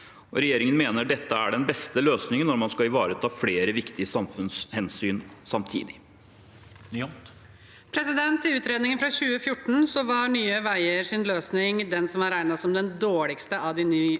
Regjeringen mener dette er den beste løsningen når man skal ivareta flere viktige samfunnshensyn samtidig. Hege Bae Nyholt (R) I utredningen fra 2014 var Nye veiers løsning den som var regnet som den dårligste av de ni